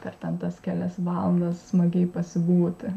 per ten tas kelias valandas smagiai pasibūti